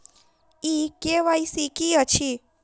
ई KYC की अछि?